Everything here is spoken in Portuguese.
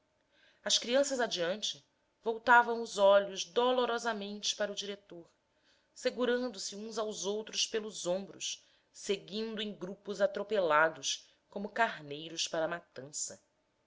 as crianças adiante voltavam os olhos dolorosamente para o diretor segurando se uns aos outros pelos ombros seguindo em grupos atropelados como carneiros para a matança